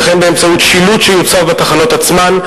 וכן באמצעות שילוט שיוצב בתחנות עצמן,